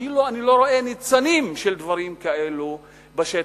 אני לא רואה ניצנים של דברים כאלה בשטח.